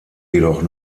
jedoch